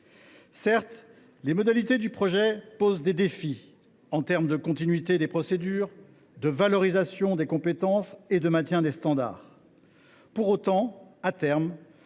Certes, les modalités du projet posent des défis, en matière de continuité des procédures, de valorisation des compétences et de maintien des standards. Pour autant, à terme,